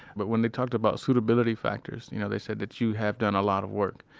but when they talked about suitability factors, you know, they said that, you have done a lot of work.